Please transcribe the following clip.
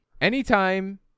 Anytime